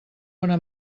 bona